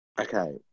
Okay